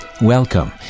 Welcome